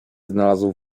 znalazł